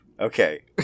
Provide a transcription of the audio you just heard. Okay